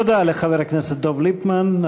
תודה לחבר הכנסת דב ליפמן.